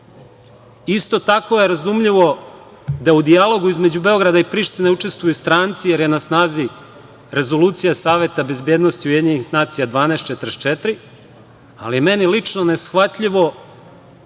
Isto tako je razumljivo da u dijalogu između Beograda i Prištine učestvuju stranci, jer je na snazi Rezolucije Saveta bezbednosti UN 1244, ali je meni lično neshvatljivo